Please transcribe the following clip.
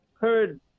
heard